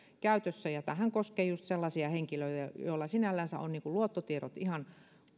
käytössä ja tämähän koskee just sellaisia henkilöitä joilla sinällänsä on luottotiedot ihan